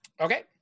Okay